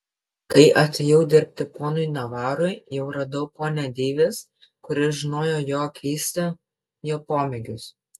kai atėjau dirbti ponui navarui jau radau ponią deivis kuri žinojo jo keisti jo pomėgius